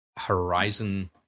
Horizon